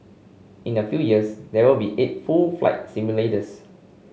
in a few years there will be eight full flight simulators